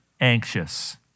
anxious